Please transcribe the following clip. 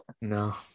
no